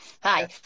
Hi